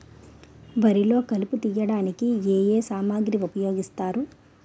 వరిలో కలుపు తియ్యడానికి ఏ ఏ సామాగ్రి ఉపయోగిస్తారు?